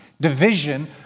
division